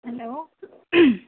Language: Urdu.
ہلو